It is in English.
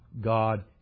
God